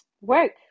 work